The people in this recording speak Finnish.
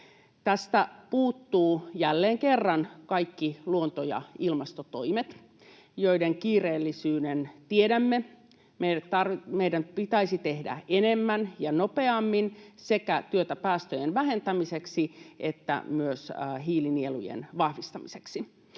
Tästä puuttuu jälleen kerran kaikki luonto- ja ilmastotoimet, joiden kiireellisyyden tiedämme. Meidän pitäisi tehdä enemmän ja nopeammin työtä sekä päästöjen vähentämiseksi että myös hiilinielujen vahvistamiseksi.